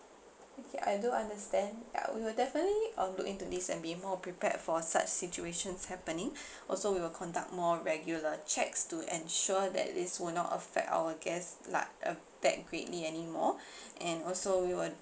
okay I do understand ya we will definitely um look into this and be more prepared for such situations happening also we will conduct more regular checks to ensure that this will not affect our guest lar~ uh that greatly anymore and also we will